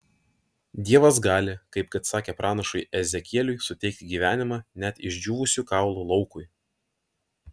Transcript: dievas gali kaip kad sakė pranašui ezekieliui suteikti gyvenimą net išdžiūvusių kaulų laukui